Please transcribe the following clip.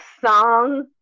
Song